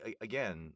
again